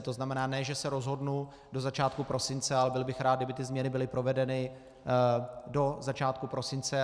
To znamená, ne že se rozhodnu do začátku prosince, ale byl bych rád, kdyby ty změny byly provedeny do začátku prosince.